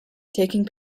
taking